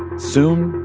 soon,